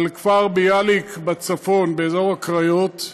כפר ביאליק בצפון, אזור הקריות,